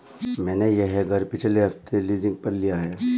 मैंने यह घर पिछले हफ्ते लीजिंग पर लिया है